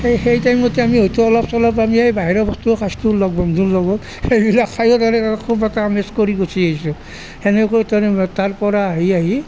সেই সেই টাইমতে আমি হয়তো অলপ চলপ আমি এই বাহিৰা বস্তুও খাইছিলোঁ লগ বন্ধুৰ লগত সেইবিলাক খায়ো তাৰে এটা খুব এটা আমেজ কৰি গুচি আহিছোঁ সেনেকেও তাৰে তাৰ পৰা আহি আহি